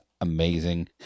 amazing